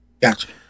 gotcha